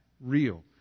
real